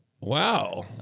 Wow